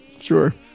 Sure